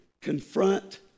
confront